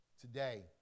today